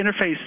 interface